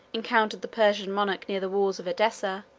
encountered the persian monarch near the walls of edessa,